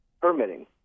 permitting